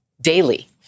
daily